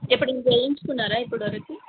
ఎప్పుడైనా చేయించుకున్నారా ఇప్పుడివరకి